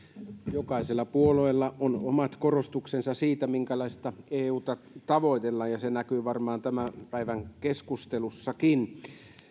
jokaisella puolueella on omat korostuksensa siinä minkälaista euta tavoitellaan ja se näkyy varmaan tämän päivän keskustelussakin